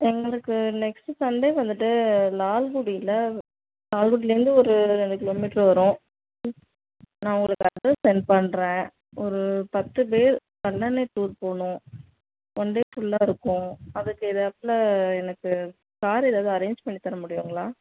எங்களுக்கு next Sunday வந்துகிட்டு லால்குடியில் லால்குடிலேருந்து ஒரு ரெண்டு கிலோ மீட்ரு வரும் நான் உங்களுக்கு அட்ரஸ் சென்ட் பண்ணுறேன் ஒரு பத்து பேர் கல்லணை டூர் போகணும் ஒன் டே ஃபுல்லாக இருக்கும் அதுக்கு ஏத்தாப்ல எனக்கு கார் எதாவது அரேஞ் பண்ணி தர முடியுங்களா